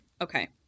Okay